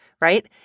right